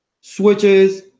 Switches